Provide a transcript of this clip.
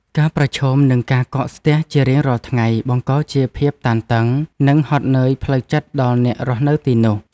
ការប្រឈមនឹងការកកស្ទះជារៀងរាល់ថ្ងៃបង្កជាភាពតានតឹង និងហត់នឿយផ្លូវចិត្តដល់អ្នករស់នៅទីនោះ។